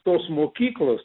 tos mokyklos